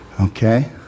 Okay